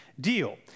deal